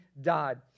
died